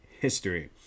history